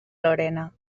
lorena